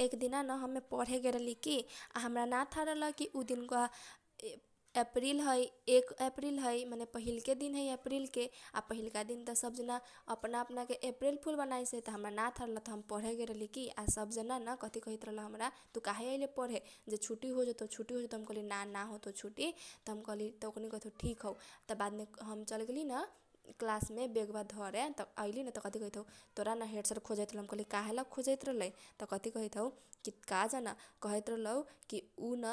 एक दिना न हमे पढे गेल रहली की आ हमरा ना थाह रहल कि उ दिनका बा अपरिल है एक अपरिल है माने पहिलका दिन है अपरिलके। आ पहिलका दिन त सब जना अपना अपना के अपरिल फुल बनाइसै त हमरा ना थाह रहल त हम पढे गेल रहली की आ सब जना न‌ कथी कहैत रहल हमरा। तु काहे अइले पढे जे छुट्टी होजतौ जे छुट्टी होजतौ त हम कहली ना न होतौ छुट्टी त हम कहली त ओकनीके कहैत हौ ठिक हौ त बादमे हम चल गेलीन कलासमे बेगबा धरे। त आइलीन त कथी कहैत हौ तोरा न हेडसर खोजैत रहलौ त हम कहली काहेल खोजैत रहलै त कथी कहैत हौ की का जना कहैत रहलौ। कि उन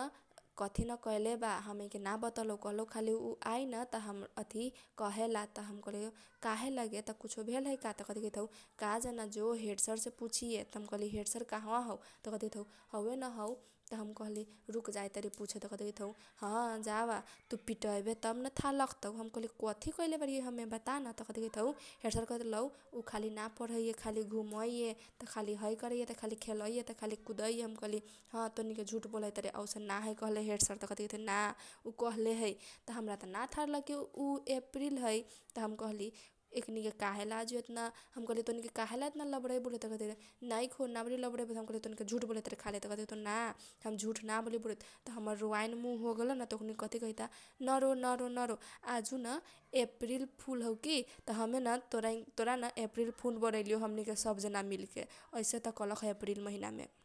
कथी न कैले बा हमनी के ना बतलौ खाली कहलौ उ आइन त हमरा अथी कहेला त हम कहली काहेला गे त कुचो भेलहै का । त कथी कहैत हौ का जना जो हेड सर से पुछिहे त हम कहली हूड सर कहाबा हौ त कथी कहैत हौ हौए न हौ त हम कहली रूक जाइतारी पुछे। त कथी कहैत हौ हह जाबा तु पिटैबे तब न थाह लागतौ त हम कहली हम कथी कैले बारीयै हमे बतान त कथी कहैत हौ हेडसर कहैत रहलौ उ खाली ना पढैए उ खाली घुमैए त खाली है करैए त खाली खेलैए त खाली कुदैए त हम कहली ह तैनीके झुट बोलै तारे औसन ना है कहले हेडसर। त कथी कहैत हौ ना उ कहले है त हमरा त ना थाह रहल कि उ अपरिल है त हम कहली एकनी के काहेला आजु एतना त हम कहली तोनीके काहेला आजु एतना लबरै बोलै तारे। त कथी कहैता नैखो ना बारी लबरै बोलैत त हम कहली तोनीके झुट बोलैतारे त कथी कहैत हौ ना हम झुट नि बारी बोलैत त हमर रोआइ मुह होगेलौन त । ओकनीके कथी कहैता नरो नरो अजु न अप्रील फुल हौ की त हमे न तोरा न अप्रील फुल बनैलिऔ सब जना मिलके अइसेत कैलख अप्रील महिना मे।